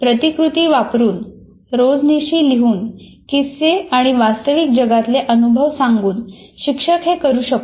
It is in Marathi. प्रतिकृती वापरून रोजनिशी लिहून किस्से आणि वास्तविक जगातले अनुभव सांगून शिक्षक हे करू शकतो